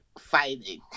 fighting